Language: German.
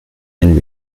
ein